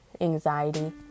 anxiety